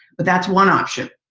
but that's one option.